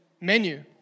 menu